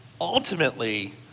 ultimately